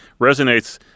resonates